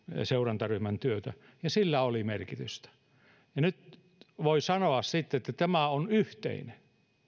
seurantaryhmän työtä ja sillä oli merkitystä nyt voi sitten sanoa että tämä on yhteinen